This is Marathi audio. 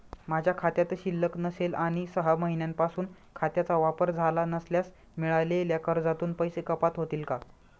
माझ्या खात्यात शिल्लक नसेल आणि सहा महिन्यांपासून खात्याचा वापर झाला नसल्यास मिळालेल्या कर्जातून पैसे कपात होतील का?